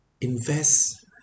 invest